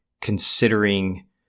considering